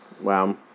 Wow